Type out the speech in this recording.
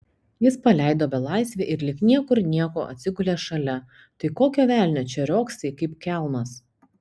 jis paleido belaisvį ir lyg niekur nieko atsigulė šalia tai kokio velnio čia riogsai kaip kelmas